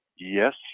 Yes